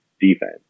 defense